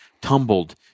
tumbled